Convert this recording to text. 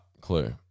clue